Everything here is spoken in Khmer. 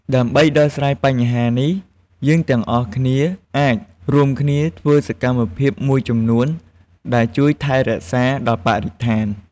ដើម្បីដោះស្រាយបញ្ហានេះ យើងទាំងអស់គ្នាអាចរួមគ្នាធ្វើសកម្មភាពមួយចំនួនដែលជួយថែរក្សាដល់បរិស្ថាន។